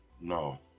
no